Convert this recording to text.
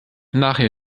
nachher